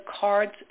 card's